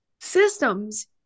systems